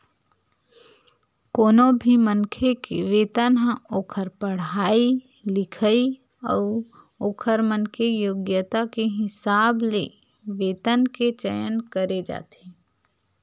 कोनो भी मनखे के वेतन ह ओखर पड़हाई लिखई अउ ओखर मन के योग्यता के हिसाब ले वेतन के चयन करे जाथे